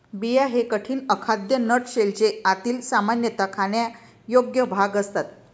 बिया हे कठीण, अखाद्य नट शेलचे आतील, सामान्यतः खाण्यायोग्य भाग असतात